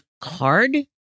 card